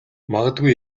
магадгүй